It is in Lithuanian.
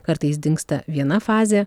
kartais dingsta viena fazė